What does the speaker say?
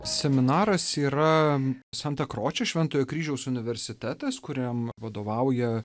seminaras yra santakroče šventojo kryžiaus universitetas kuriam vadovauja